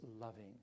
loving